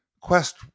Quest